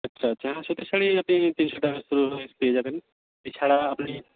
আচ্ছা আচ্ছা হ্যাঁ সুতির শাড়ি আপনি তিনশো টাকা দামের পেয়ে যাবেন এছাড়া আপনি